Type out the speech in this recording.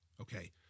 Okay